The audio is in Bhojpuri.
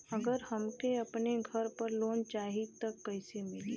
अगर हमके अपने घर पर लोंन चाहीत कईसे मिली?